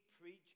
preach